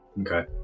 Okay